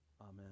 Amen